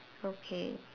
okay